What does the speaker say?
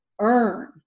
earn